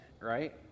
right